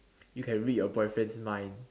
you can read your boyfriend's mind